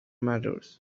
matters